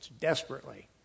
desperately